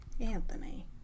Anthony